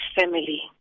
family